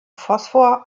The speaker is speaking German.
phosphor